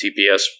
TPS